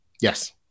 Yes